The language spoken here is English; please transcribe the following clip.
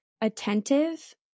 attentive